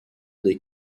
des